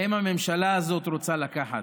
מהם הממשלה הזו רוצה לקחת.